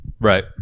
right